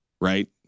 right